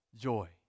joy